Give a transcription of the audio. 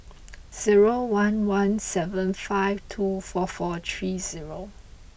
zero one one seven five two four four three zero